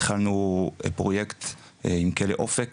התחלנו פרויקט עם כלא אופק